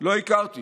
לא הכרתי